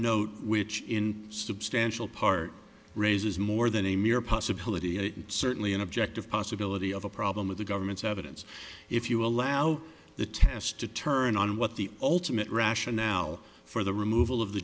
note which in substantial part raises more than a mere possibility certainly an objective possibility of a problem of the government's evidence if you allow the test to turn on what the ultimate rationale for the removal of the